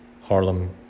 harlem